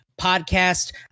Podcast